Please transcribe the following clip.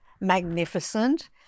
magnificent